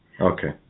Okay